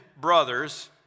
brothers